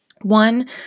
One